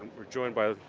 we're joined by